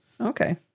Okay